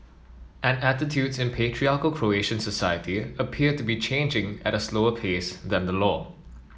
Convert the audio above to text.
and attitudes in patriarchal Croatian society appear to be changing at a slower pace than the law